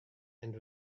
and